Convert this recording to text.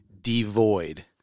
devoid